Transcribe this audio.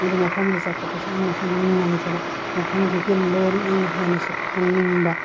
ꯑꯃꯗꯤ ꯃꯐꯝꯗꯨ ꯆꯠꯄꯗꯁꯨ ꯑꯩꯅꯁꯨ ꯅꯨꯡꯉꯥꯏꯖꯕ ꯃꯐꯝꯗꯨꯒꯤ ꯂꯣꯟ ꯑꯩꯅ ꯍꯦꯟꯅꯁꯨ ꯈꯪꯅꯤꯡꯕ